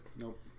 nope